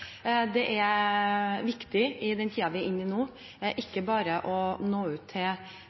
Det er viktig i den tiden vi er inne i nå, ikke bare å nå ut til